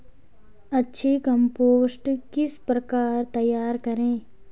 अच्छी कम्पोस्ट किस प्रकार तैयार करें?